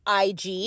IG